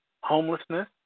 homelessness